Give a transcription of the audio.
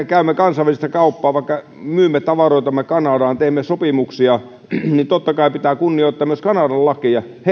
käymme kansainvälistä kauppaa vaikka myymme tavaroita kanadaan teemme sopimuksia niin totta kai pitää kunnioittaa myös kanadan lakeja